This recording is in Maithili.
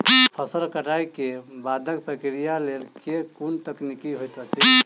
फसल कटाई केँ बादक प्रक्रिया लेल केँ कुन तकनीकी होइत अछि?